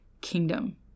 kingdom